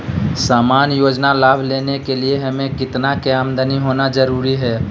सामान्य योजना लाभ लेने के लिए हमें कितना के आमदनी होना जरूरी है?